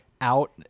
out